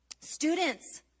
Students